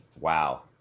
wow